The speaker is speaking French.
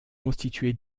constitué